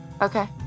Okay